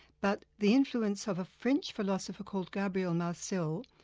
but the influence of a french philosopher called gabriel marcel,